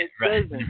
Right